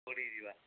କେଉଁଠିକି ଯିବା